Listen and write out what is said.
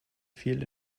viel